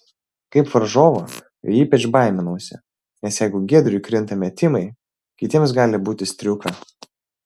kaip varžovo jo ypač baiminausi nes jeigu giedriui krinta metimai kitiems gali būti striuka